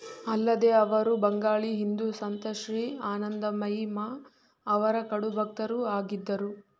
ಅಲ್ಲದೆ ಅವರು ಬಂಗಾಳಿ ಹಿಂದೂ ಸಂತ ಶ್ರೀ ಆನಂದಮಯಿ ಮಾ ಅವರ ಕಡು ಭಕ್ತರೂ ಆಗಿದ್ದರು